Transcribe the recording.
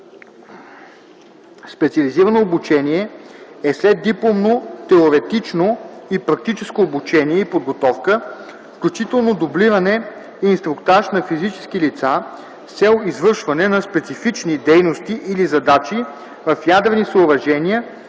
„Специализирано обучение” е следдипломно теоретично и практическо обучение и подготовка, включително дублиране и инструктаж, на физически лица с цел извършване на специфични дейности или задачи в ядрени съоръжения